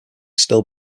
still